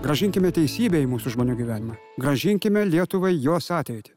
grąžinkime teisybę į mūsų žmonių gyvenimą grąžinkime lietuvai jos ateitį